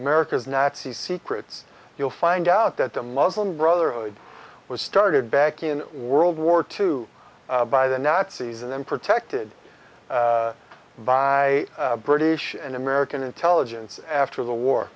america's nazi secrets you'll find out that the muslim brotherhood was started back in world war two by the nazis and then protected by british and american intelligence after the war